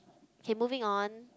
K moving on